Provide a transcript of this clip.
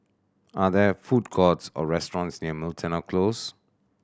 are there food courts or restaurants near Miltonia Close